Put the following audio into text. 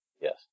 yes